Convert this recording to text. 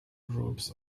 groups